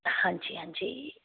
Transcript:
ਹਾਂਜੀ ਹਾਂਜੀ